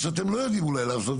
מה שאתם לא יודעים אולי לעשות,